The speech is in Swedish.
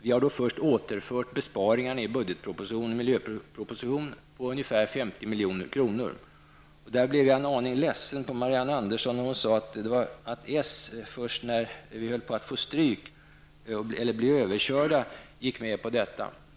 Vi har återfört besparingar i budgetpropositionen och miljöpropositionen på ungefär 50 milj.kr. Jag blev en aning ledsen på Marianne Andersson i Vårgårda, när hon sade att socialdemokraterna gick med på det först när vi höll på att bli överkörda.